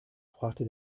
fragte